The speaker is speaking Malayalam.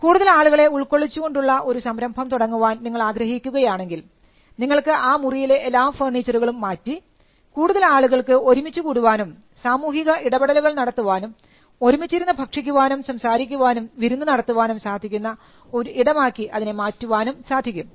കൂടുതൽ ആളുകളെ ഉൾക്കൊള്ളിച്ചുകൊണ്ടുള്ള ഒരു സംരംഭം തുടങ്ങാൻ നിങ്ങൾ ആഗ്രഹിക്കുകയാണെങ്കിൽ നിങ്ങൾക്ക് ആ മുറിയിലെ എല്ലാ ഫർണിച്ചറുകളും മാറ്റി കൂടുതൽ ആളുകൾക്ക് ഒരുമിച്ചു കൂടാനും സാമൂഹിക ഇടപെടലുകൾ നടത്തുവാനും ഒരുമിച്ചിരുന്ന് ഭക്ഷിക്കുവാനും സംസാരിക്കുവാനും വിരുന്നു നടത്തുവാനും സാധിക്കുന്ന ഒരു ഇടമാക്കി അതിനെ മാറ്റുവാനും സാധിക്കും